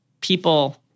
people